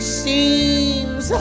seems